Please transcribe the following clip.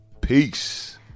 Peace